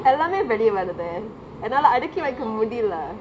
எல்லாமே வெளிய வருதே என்னாலே அடக்கி வைக்க முடிலே:ellame veliye varuthe ennale adaki vaike mudile